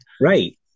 Right